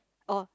oh